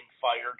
fired